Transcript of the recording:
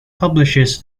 publishes